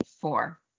four